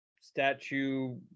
statue